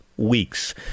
weeks